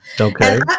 okay